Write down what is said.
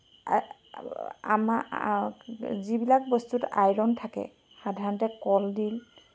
যিবিলাক বস্তুত আইৰণ থাকে সাধাৰণতে কলডিল